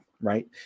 right